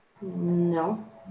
No